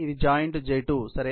ఇది joint J2 సరే